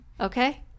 Okay